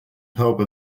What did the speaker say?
pope